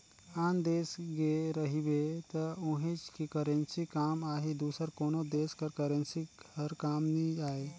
आन देस गे रहिबे त उहींच के करेंसी काम आही दूसर कोनो देस कर करेंसी हर काम नी आए